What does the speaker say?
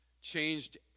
changed